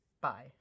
Bye